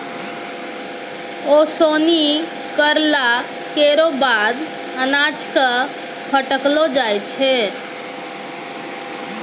ओसौनी करला केरो बाद अनाज क फटकलो जाय छै